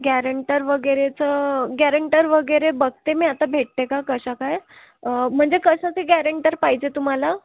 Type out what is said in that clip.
guarantor वगैरेचं guarantor वगैरे बघते मी आता भेटते का कसं काय म्हणजे कसं ते गॅरेंटर पाहिजे तुम्हाला